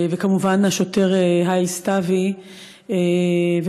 וכמובן השוטר האיל סתאוי ומשפחתו,